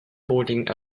boarding